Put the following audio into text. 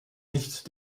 nicht